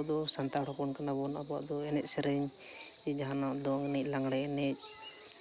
ᱟᱵᱚ ᱫᱚ ᱥᱟᱱᱛᱟᱲ ᱦᱚᱯᱚᱱ ᱠᱟᱱᱟ ᱵᱚᱱ ᱟᱵᱚᱣᱟᱜ ᱫᱚ ᱮᱱᱮᱡ ᱥᱮᱨᱮᱧ ᱥᱮ ᱡᱟᱦᱟᱱᱟᱜ ᱫᱚᱝ ᱮᱱᱮᱡ ᱞᱟᱜᱽᱬᱮ ᱮᱱᱮᱡ